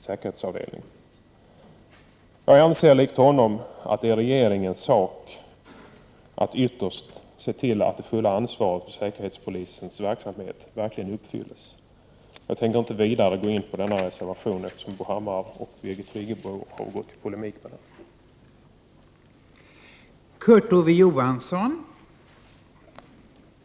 Jag — liksom Bo Hammar — anser att det är regeringens sak att ytterst se till att det fulla ansvaret för säkerhetspolisens verksamhet verkligen tas. Jag har inte för avsikt att vidare gå in på denna reservation som Bo Hammar och Birgit Friggebo redan har polemiserat om.